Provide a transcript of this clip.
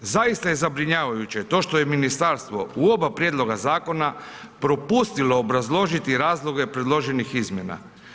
Zaista je zabrinjavajuće to što je ministarstvo u oba prijedloga zakona propustila obrazložiti razloge predloženih izmjena.